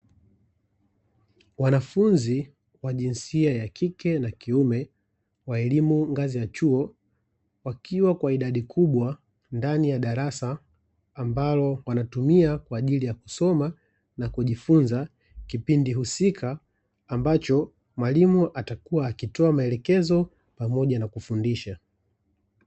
Wanafunzi wa jinsia ya kike na kiume wa elimu ngazi ya chuo, wakiwa kwa idadi kubwa ndani ya darasa ambalo wanatumia kwa ajili ya kusoma na kujifunza kipindi husika, ambacho mwalimu atakuwa akitoa maelekezo pamoja na kufundisha.